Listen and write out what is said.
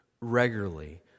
regularly